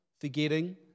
forgetting